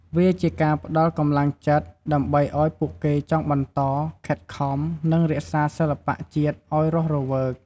វាជាការផ្តល់កម្លាំងចិត្ត ដើម្បីឲ្យពួកគេចង់បន្ត ខិតខំ និងរក្សាសិល្បៈជាតិអោយរស់រវើក។